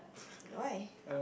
why